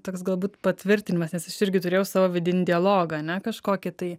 toks galbūt patvirtinimas nes aš irgi turėjau savo vidinį dialogą ane kažkokį tai